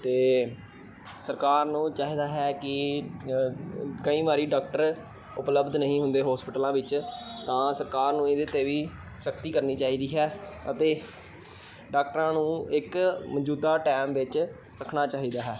ਅਤੇ ਸਰਕਾਰ ਨੂੰ ਚਾਹੀਦਾ ਹੈ ਕਿ ਕਈ ਵਾਰੀ ਡਾਕਟਰ ਉਪਲਬਧ ਨਹੀਂ ਹੁੰਦੇ ਹੋਸਪੀਟਲਾਂ ਵਿੱਚ ਤਾਂ ਸਰਕਾਰ ਨੂੰ ਇਹਦੇ 'ਤੇ ਵੀ ਸਖਤੀ ਕਰਨੀ ਚਾਹੀਦੀ ਹੈ ਅਤੇ ਡਾਕਟਰਾਂ ਨੂੰ ਇੱਕ ਮੌਜੂਦਾ ਟਾਈਮ ਵਿੱਚ ਰੱਖਣਾ ਚਾਹੀਦਾ ਹੈ